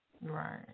Right